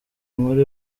inkuru